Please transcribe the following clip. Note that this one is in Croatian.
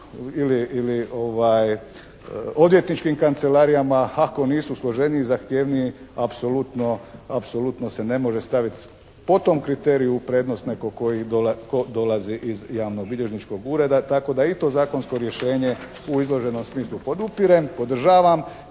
ili odvjetničkim kancelarijama, ako nisu složeniji, zahtjevniji apsolutno se ne može staviti po tom kriteriju prednost nekog tko dolazi iz javnobilježničkog ureda, tako da i do zakonsko rješenje u izloženom smislu podupirem, podržavam,